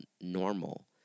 normal